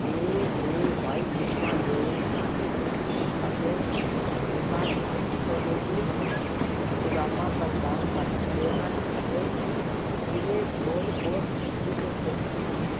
ਜੇ ਏ ਵਾਈ ਕਿਸਮਾਂ ਦੇ ਹਨ ਅਤੇ ਹੇਮਾਟੋਲੋਜੀ ਸੇਵਾਵਾਂ ਪ੍ਰਦਾਨ ਕਰਦੇ ਹਨ ਅਤੇ ਜ਼ਿਲ੍ਹੇ ਜੋਧਪੁਰ ਵਿੱਚ ਸਥਿਤ ਹਨ